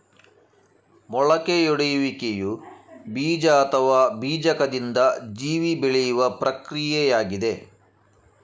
ಮೊಳಕೆಯೊಡೆಯುವಿಕೆಯು ಬೀಜ ಅಥವಾ ಬೀಜಕದಿಂದ ಜೀವಿ ಬೆಳೆಯುವ ಪ್ರಕ್ರಿಯೆಯಾಗಿದೆ